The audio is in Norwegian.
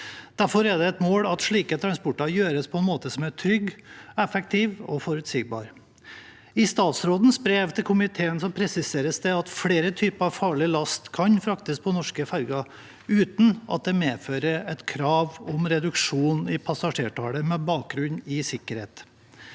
Derfor er det et mål at slike transporter gjøres på en måte som er trygg, effektiv og forutsigbar. I statsrådens brev til komiteen presiseres det at flere typer farlig last kan fraktes på norske ferger uten at det medfører et krav om reduksjon i passasjertallet med bakgrunn i sikkerhet.